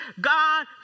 God